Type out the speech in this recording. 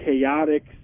chaotic